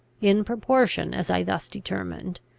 in proportion as i thus determined,